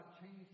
changed